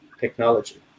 technology